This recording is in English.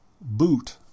boot